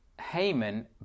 Haman